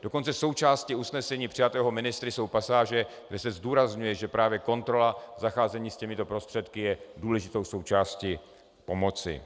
Dokonce součástí usnesení přijatého ministry jsou pasáže, kde se zdůrazňuje, že právě kontrola zacházení s těmito prostředky je důležitou součástí pomoci.